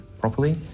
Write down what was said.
properly